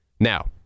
Now